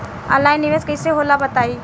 Online निवेस कइसे होला बताईं?